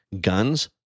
guns